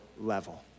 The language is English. level